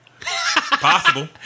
Possible